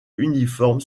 uniforme